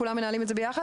כולם מנהלים אותה ביחד?